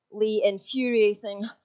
infuriating